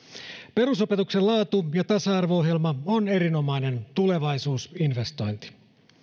perusopetuksen laatu ja tasa arvo ohjelma on erinomainen tulevaisuusinvestointi